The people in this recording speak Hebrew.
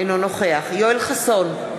אינו נוכח יואל חסון,